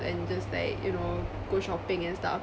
and just like you know go shopping and stuff